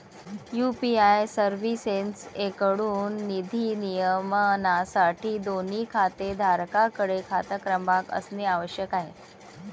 UPI सर्व्हिसेसएकडून निधी नियमनासाठी, दोन्ही खातेधारकांकडे खाता क्रमांक असणे आवश्यक आहे